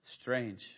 strange